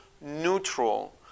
neutral